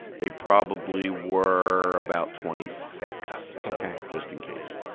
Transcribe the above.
they probably were about twenty-six. so just in case.